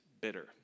bitter